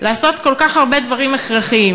לעשות כל כך הרבה דברים הכרחיים,